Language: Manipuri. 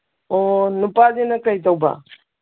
ꯑꯣ ꯅꯨꯄꯥꯗꯨꯅ ꯀꯩ ꯇꯧꯕ